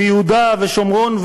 ביהודה ושומרון,